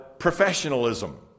professionalism